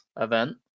event